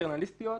בכתיבה,